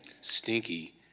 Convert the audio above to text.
Stinky